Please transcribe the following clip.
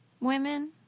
women